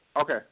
Okay